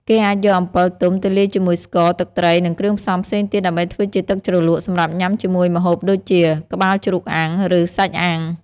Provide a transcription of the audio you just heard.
គេអាចយកអំពិលទុំទៅលាយជាមួយស្ករ ទឹកត្រី និងគ្រឿងផ្សំផ្សេងទៀតដើម្បីធ្វើជាទឹកជ្រលក់សម្រាប់ញ៉ាំជាមួយម្ហូបដូចជា ក្បាលជ្រូកអាំង ឬ សាច់អាំង។